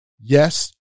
Yes